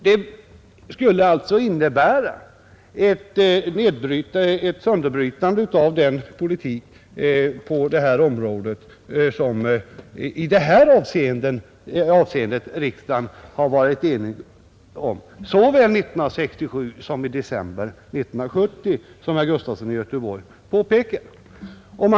Det skulle alltså vara fråga om ett sönderbrytande av den politik som riksdagen i detta avseende har varit enig om såväl 1967 som i december 1970, såsom herr Gustafson i Göteborg påpekade.